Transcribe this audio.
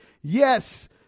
Yes